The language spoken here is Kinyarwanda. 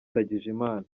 ndagijimana